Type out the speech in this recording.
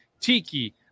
Tiki